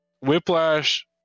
whiplash